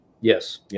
Yes